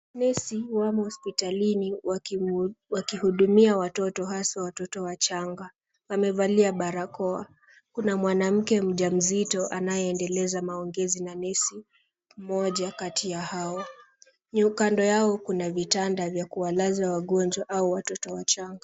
Nesi wamo hospitalini wakihudumia watoto haswa watoto wachanga. Wamevalia barakoa. Kuna mwanamke mjamzito anayeendeleza maongezi na nesi mmoja kati ya hao. Kando yao kuna vitanda vya kuwalaza wagonjwa au watoto wachanga.